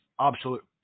absolute